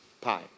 Pie